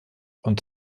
und